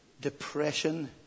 depression